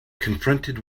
confronted